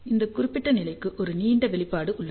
இந்த குறிப்பிட்ட நிலைக்கு ஒரு நீண்ட வெளிப்பாடு உள்ளது